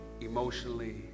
emotionally